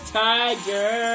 tiger